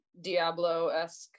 Diablo-esque